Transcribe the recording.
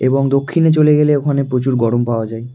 এবং দক্ষিণে চলে গেলে ওখানে প্রচুর গরম পাওয়া যায়